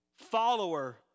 Follower